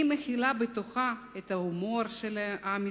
היא מכילה את ההומור של עם ישראל,